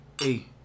hey